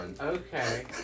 Okay